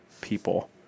people